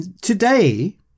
today